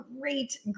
great